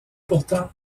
pourtant